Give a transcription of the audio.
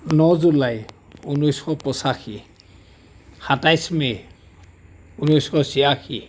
ন জুলাই ঊনৈছশ পঁচাশী সাতাইছ মে ঊনৈছশ ছিয়াশী